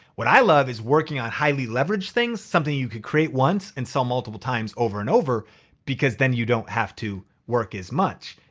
what i love is working on highly leveraged things. something that you could create once and sell multiple times over and over because then you don't have to work as much.